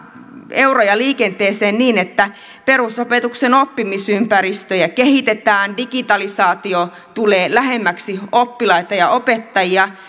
euroja liikenteeseen niin että perusopetuksen oppimisympäristöjä kehitetään digitalisaatio tulee lähemmäksi oppilaita ja opettajia